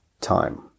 time